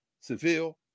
Seville